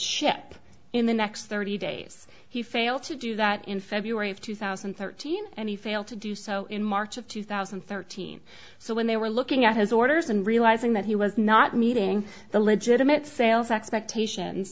in the next thirty days he failed to do that in february of two thousand and thirteen and he failed to do so in march of two thousand and thirteen so when they were looking at his orders and realizing that he was not meeting the legitimate sales expectations